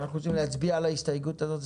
אנחנו צריכים להצביע על ההסתייגות הזאת.